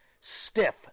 stiff